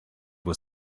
was